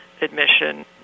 admission